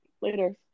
later